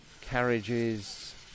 carriages